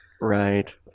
right